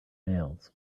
nails